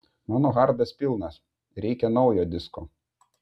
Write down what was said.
mano hardas pilnas reikia naujo disko